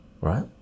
right